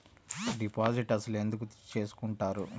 Deposit అసలు ఎందుకు చేసుకుంటారు?